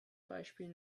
beispiel